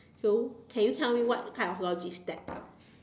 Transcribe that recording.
so can you tell me what type of logic is that